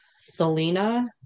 Selena